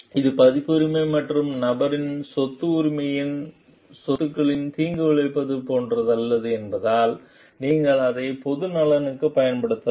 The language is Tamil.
இது பதிப்புரிமை மற்றும் நபரின் சொத்து உரிமையின் சொத்துக்கு தீங்கு விளைவிப்பது போன்றதல்ல என்பதால் நீங்கள் அதை பொது நலனுக்கும் பயன்படுத்தலாம்